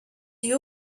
you